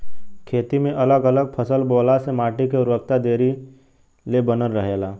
खेती में अगल अलग फसल बोअला से माटी के उर्वरकता देरी ले बनल रहेला